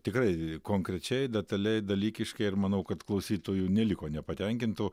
tikrai konkrečiai detaliai dalykiškai ir manau kad klausytojų neliko nepatenkintų